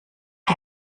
die